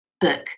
book